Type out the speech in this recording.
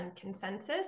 consensus